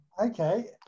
Okay